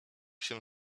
się